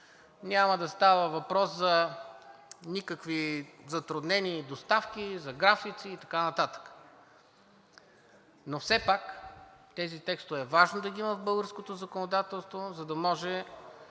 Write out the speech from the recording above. Няма да става въпрос за никакви затруднения и доставки, за графици и така нататък, но все пак тези текстове е важно да ги има в българското законодателство, за да може